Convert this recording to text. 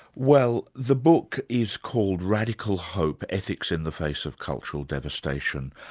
well the book is called radical hope ethics in the face of cultural devastation.